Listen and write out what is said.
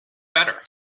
better